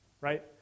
right